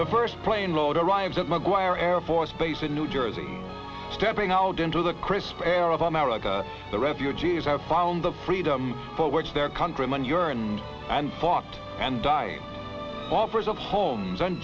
the first planeload arrived at mcguire air force base in new jersey stepping out into the crisp air of america the refugees have found the freedom for which their countrymen yearn and fought and died offers of homes and